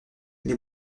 les